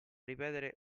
ripetere